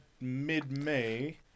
mid-May